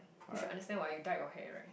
you should understand what you dyed your hair right